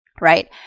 right